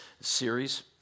series